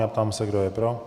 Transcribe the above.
Ptám se, kdo je pro.